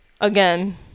again